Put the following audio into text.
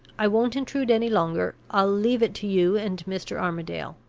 i won't intrude any longer i'll leave it to you and mr. armadale.